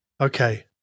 Okay